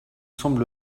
semble